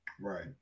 Right